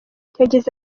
yagize